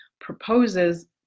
proposes